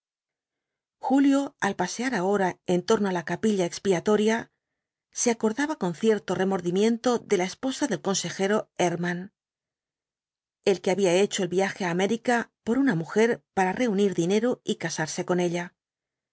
julio al pasear ahora en torno de la capilla expiatoria se acordaba con cierto remordimiento de la esposa del consejero erckmann el que había hecho el viaje á américa por una mujer para reunir dinero y casarse con ella